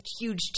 Huge